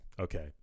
okay